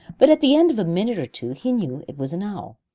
but at the end of a minute or two he knew it was an owl,